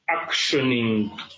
Actioning